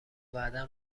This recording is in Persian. بعدا